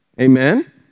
Amen